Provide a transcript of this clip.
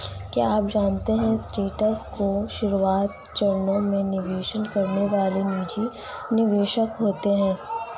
क्या आप जानते है स्टार्टअप के शुरुआती चरणों में निवेश करने वाले निजी निवेशक होते है?